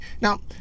Now